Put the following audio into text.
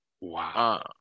Wow